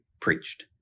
preached